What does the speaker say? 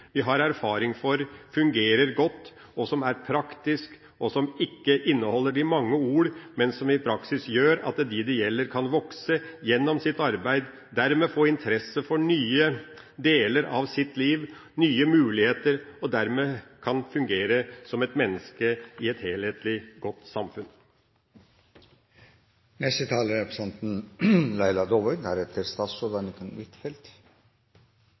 og som i praksis ikke inneholder mange ord, men som gjør at de det gjelder, kan vokse gjennom sitt arbeid og dermed få interesse for nye deler av sitt liv, få nye muligheter, og som dermed kan fungere som et menneske i et helhetlig, godt samfunn. Alle som har vært på talerstolen i dag, har mer eller mindre uttrykt stor bekymring for at så mange unge er